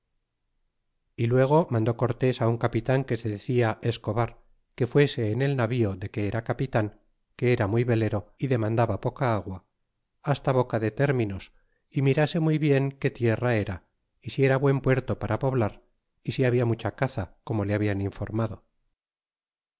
y luego mandó cortés un capitan que se decia escobar que fuese en el navío de que era capitan que era muy velero y demandaba poca agua hasta boca de términos y mirase muy bien que tierra era y si era buen puerto para poblar y si labia mucha caza como le hablan informado